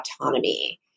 autonomy